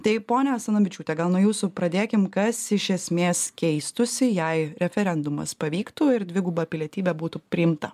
tai ponia asanavičiūte gal nuo jūsų pradėkim kas iš esmės keistųsi jei referendumas pavyktų ir dviguba pilietybė būtų priimta